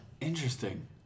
Interesting